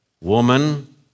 Woman